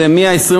זה מ-25